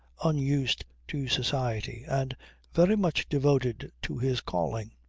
unused to society and very much devoted to his calling,